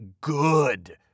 good